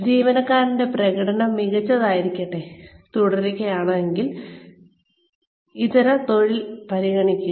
ജീവനക്കാരന്റെ പ്രകടനം മികച്ചതായിരിക്കാതെ തുടരുകയാണെങ്കിൽ ഇതര തൊഴിൽ പരിഗണിക്കുക